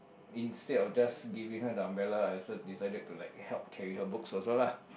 instead of just giving her the umbrella I also decided to like help carry her books also lah